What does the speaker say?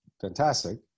fantastic